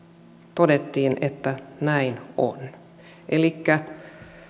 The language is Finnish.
todettiin että näin on elikkä